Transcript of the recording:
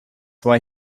why